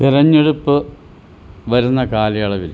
തെരഞ്ഞെടുപ്പ് വരുന്ന കാലയളവിൽ